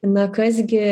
na kas gi